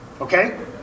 Okay